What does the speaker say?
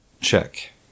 check